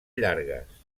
llargues